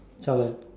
so I will